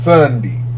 Sunday